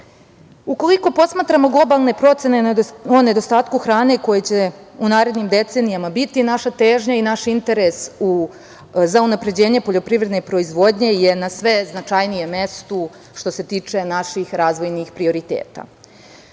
posmatramo globalne procene o nedostatku hrane, u narednim decenijama naša težnja i naš interes za unapređenje poljoprivredne proizvodnje biće na sve značajnijem mestu, što se tiče naših razvojnih prioriteta.